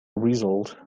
result